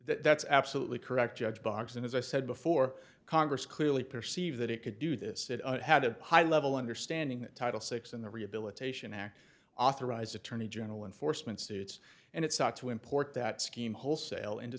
that's absolutely correct judge box and as i said before congress clearly perceived that it could do this it had a high level understanding that title six in the rehabilitation act authorized attorney general enforcement suits and it's to import that scheme wholesale into